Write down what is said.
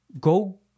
Go